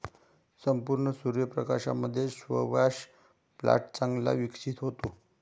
संपूर्ण सूर्य प्रकाशामध्ये स्क्वॅश प्लांट चांगला विकसित होतो